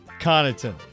Connaughton